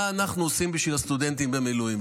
אנחנו עושים בשביל הסטודנטים במילואים.